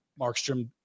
Markstrom